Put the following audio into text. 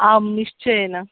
आं निश्चयेन